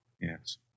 Yes